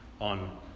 on